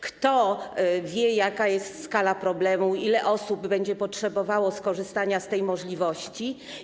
Kto wie, jaka jest skala problemu, ile osób będzie potrzebowało skorzystania z takiej możliwości?